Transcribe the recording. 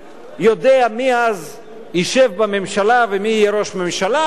שמי-יודע-מי ישב אז בממשלה ומי יהיה ראש ממשלה,